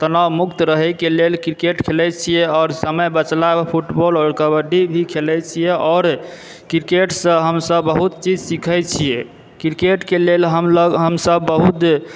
तनावमुक्त रहएके लेल क्रिकेट खेलए छिऐ आओर समय बचला पर फ़ुटबॉल आओर कबड्डी भी खेलए छिऐ आओर क्रिकेटसंँ हमसब बहुत चीज सीखए छिऐ क्रिकेटके लेल हमसब बहुत